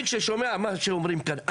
כשאני שומע מה שאומרים כאן,